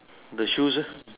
the shoes eh